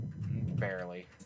Barely